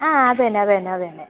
ആ അതു തന്നെ അതു തന്നെ അതു തന്നെ